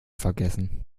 vergessen